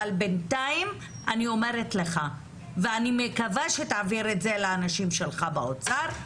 אבל בינתיים אני אומרת לך ואני מקווה שתעביר את זה לאנשים שלך באוצר,